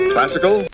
Classical